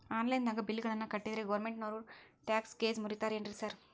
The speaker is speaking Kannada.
ಆನ್ಲೈನ್ ದಾಗ ಬಿಲ್ ಗಳನ್ನಾ ಕಟ್ಟದ್ರೆ ಗೋರ್ಮೆಂಟಿನೋರ್ ಟ್ಯಾಕ್ಸ್ ಗೇಸ್ ಮುರೇತಾರೆನ್ರಿ ಸಾರ್?